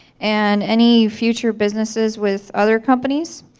and any future businesses with other companies.